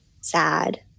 sad